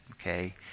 okay